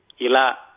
Ila